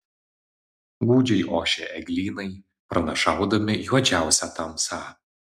gūdžiai ošė eglynai pranašaudami juodžiausią tamsą